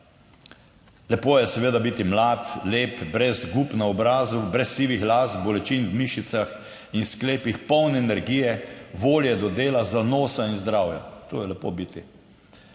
Lepo je seveda biti mlad, lep, brez gub na obrazu, brez sivih las, bolečin v mišicah in sklepih, poln energije, volje do dela, zanosa in zdravja. To je lepo biti.